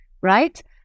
right